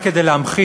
רק כדי להמחיש,